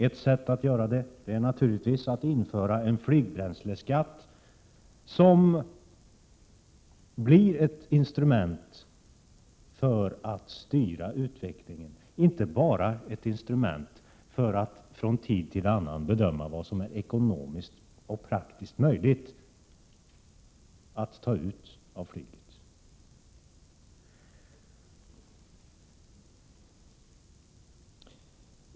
Ett sätt att göra det är naturligtvis att införa en flygbränsleskatt, som blir ett instrument 155 för att styra utvecklingen, inte bara från tid till annan bedöma vad som är ekonomiskt och praktiskt möjligt att ta ut av flyget.